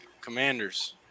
Commanders